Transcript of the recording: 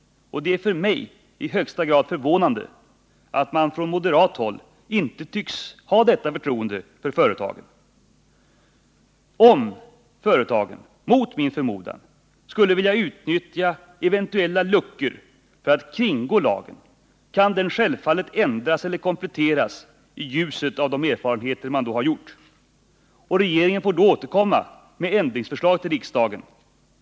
Det är för mig i högsta grad förvånande att man på moderat håll inte tycks ha detta förtroende för företagen. Om företagen — mot min förmodan -— skulle vilja utnyttja eventuella luckor för att kringgå lagen, kan denna självfallet ändras eller kompletteras i ljuset av de erfarenheter man då har gjort. Regeringen får då återkomma med ändringsförslag till riksdagen.